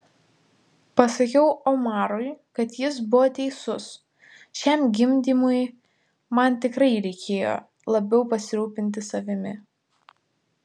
pasakiau omarui kad jis buvo teisus šiam gimdymui man tikrai reikėjo labiau pasirūpinti savimi